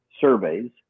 surveys